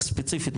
רק ספציפית,